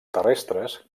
terrestres